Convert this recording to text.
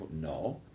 no